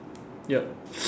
yup